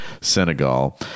Senegal